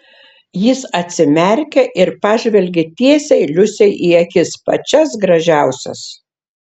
jis atsimerkė ir pažvelgė tiesiai liusei į akis pačias gražiausias